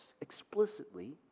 explicitly